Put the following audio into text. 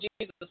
Jesus